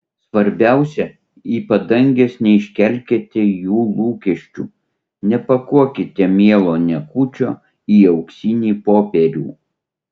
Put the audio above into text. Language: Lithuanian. svarbiausia į padanges neiškelkite jų lūkesčių nepakuokite mielo niekučio į auksinį popierių